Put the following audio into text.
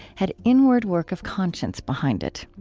had inward work of conscience behind it.